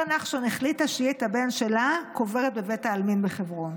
ושרה נחשון החליטה שהיא את הבן שלה קוברת בבית העלמין בחברון,